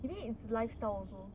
to me is lifestyle also